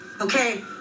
Okay